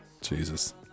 Jesus